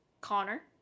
Connor